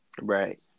Right